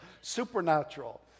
supernatural